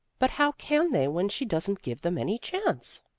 but how can they when she doesn't give them any chance?